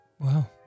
Wow